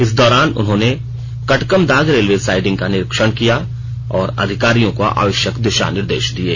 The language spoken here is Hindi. इस दौरान उन्होंने कटकमदाग रेलवे साइडिंग का निरीक्षण किया और अधिकारियों को आवश्यक दिशा निर्देश दिये